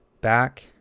back